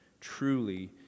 Truly